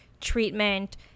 treatment